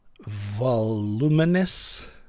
voluminous